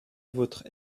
votre